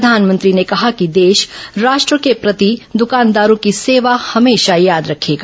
प्रधानमंत्री ने कहा कि देश राष्ट्र के प्रति दुकानदारों की सेवा हमेशा याद रखेगा